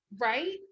Right